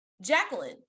Jacqueline